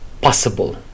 possible